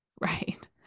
Right